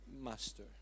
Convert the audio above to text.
master